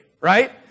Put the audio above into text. right